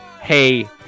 hey